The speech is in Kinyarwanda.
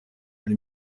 hari